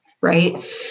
right